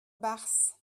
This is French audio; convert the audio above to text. barse